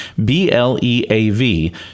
BLEAV